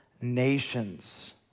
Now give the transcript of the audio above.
nations